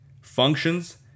Functions